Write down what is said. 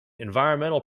environmental